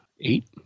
Eight